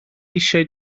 eisiau